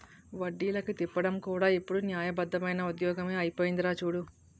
వడ్డీలకి తిప్పడం కూడా ఇప్పుడు న్యాయబద్దమైన ఉద్యోగమే అయిపోందిరా చూడు